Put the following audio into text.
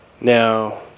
Now